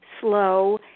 slow